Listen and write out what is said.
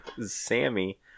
Sammy